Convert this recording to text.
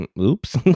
oops